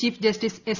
chief justice S